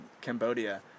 Cambodia